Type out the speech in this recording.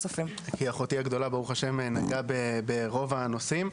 אחותי הגדולה, ברוך השם, נגעה ברוב הנושאים.